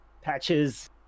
patches